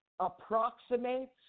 approximates